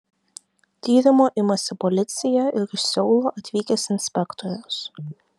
tyrimo imasi policija ir iš seulo atvykęs inspektorius